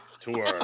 Tour